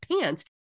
pants